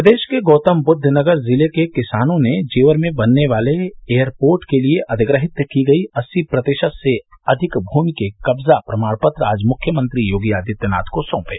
प्रदेश के गौतमबुद्ध नगर जिले के किसानों ने जेवर में बनने वाले एयरपोर्ट के लिए अधिगृहीत की गयी अस्सी प्रतिशत से अधिक भूमि के कब्जा प्रमाणपत्र आज मुख्यमंत्री योगी आदित्यनाथ को सौंपे